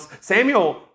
Samuel